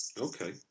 Okay